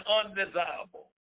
undesirable